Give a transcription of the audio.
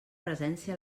presència